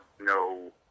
no